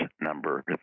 number